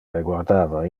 reguardava